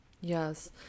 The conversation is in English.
Yes